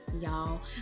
y'all